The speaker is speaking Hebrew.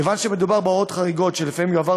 כיוון שמדובר בהוראות חריגות שלפיהן יועבר